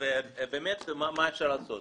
ובאמת מה אפשר לעשות.